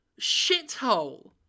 shithole